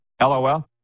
LOL